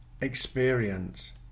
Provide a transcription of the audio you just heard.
experience